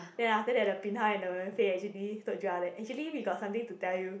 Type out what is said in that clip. then after that the bin hao and the Wen Fei actually told Joel that actually we got something to tell you